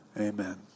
Amen